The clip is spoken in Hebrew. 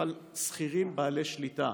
שכירים בעלי שליטה.